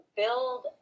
build